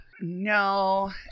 No